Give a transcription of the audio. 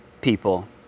people